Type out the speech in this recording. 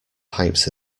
pipes